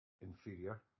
inferior